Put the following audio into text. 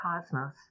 cosmos